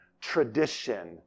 tradition